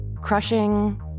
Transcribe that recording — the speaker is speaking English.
crushing